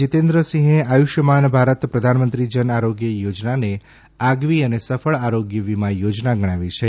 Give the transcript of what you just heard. જીતેન્દ્રસિંહે આયુષ્યમાન ભારત પ્રધાનમંત્રી જન આરોગ્ય યોજનાને આગવી અને સફળ આરોગ્ય વિમા યોજના ગણાવી છે